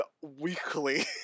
weekly